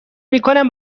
میکنم